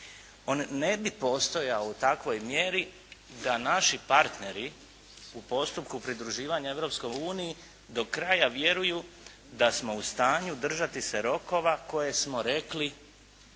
ne bi postojao u takvoj mjeri, da naši partneri u postupku pridruživanja Europskoj uniji do kraja vjeruju da smo u stanju držati se rokova koje smo rekli